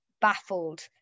baffled